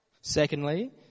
Secondly